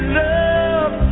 love